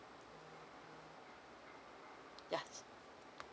ya